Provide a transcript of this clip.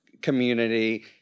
community